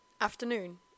afternoon